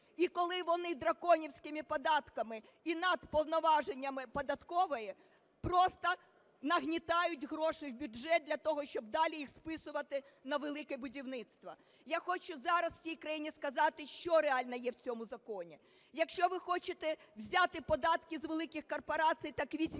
і коли вони "драконівськими" податками і надповноваженнями податкової просто нагнітають гроші в бюджет для того, щоб далі їх списувати на "Велике будівництво". Я хочу зараз всій країні сказати, що реально є в цьому законі. Якщо ви хочете взяти податки з великих корпорацій, так візьміть,